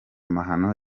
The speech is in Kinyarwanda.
mahano